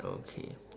okay